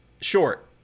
short